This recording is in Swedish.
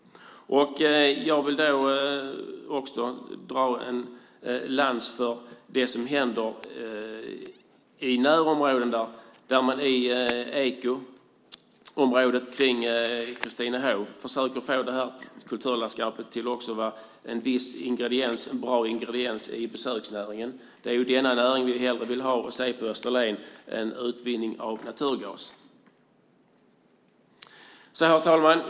Jag vill också dra en lans för det som händer i närområdena. I ekoparken kring Christinehof försöker man få kulturlandskapet att också vara en bra ingrediens i besöksnäringen. Det är denna näring vi vill ha och se på Österlen hellre än utvinning av naturgas. Herr talman!